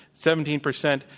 seventeen percent.